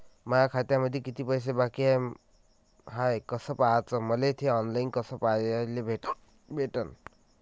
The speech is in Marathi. माया खात्यामंधी किती पैसा बाकी हाय कस पाह्याच, मले थे ऑनलाईन कस पाह्याले भेटन?